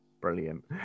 Brilliant